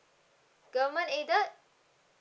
government aided